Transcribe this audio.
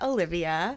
Olivia